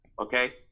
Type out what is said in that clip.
okay